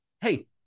hey